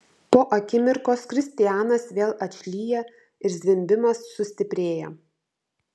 po akimirkos kristianas vėl atšlyja ir zvimbimas sustiprėja